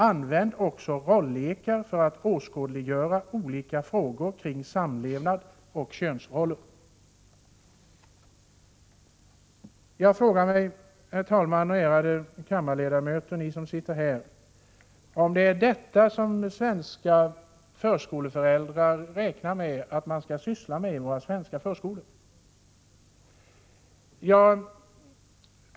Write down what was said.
Använd också rollekar för att åskådliggöra olika frågor kring samlevnad och könsroller.” Jag frågar mig, herr talman och de ärade kammarledamöter som sitter här, om det är detta som svenska föräldrar till förskolebarn räknar med att man skall syssla med i våra svenska förskolor.